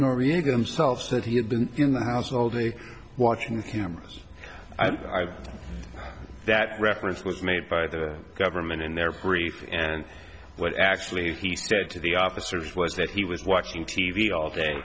noriega himself that he had been in the house all day watching the cameras i've that reference was made by the government in their brief and what actually he said to the officers was that he was watching t v all day